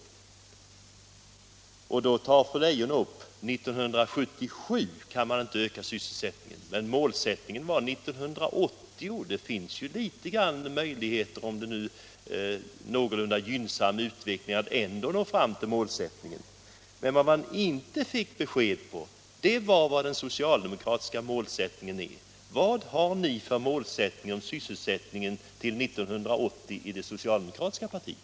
Men den målsättningen gäller inte för år 1977 utan för år 1980. Om utvecklingen blir gynnsam finns det möjligheter att uppnå det målet. Däremot gav fru Leijon inte besked om den socialdemokratiska målsättningen. Vad har det socialdemokratiska partiet för målsättning beträffande sysselsättningen fram till år 1980?